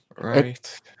Right